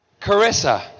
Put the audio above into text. Carissa